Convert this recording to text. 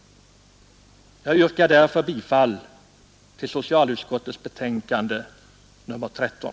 Jag yrkar därför bifall till socialutskottets hemställan i betänkandet nr 13.